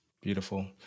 Beautiful